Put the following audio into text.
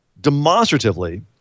demonstratively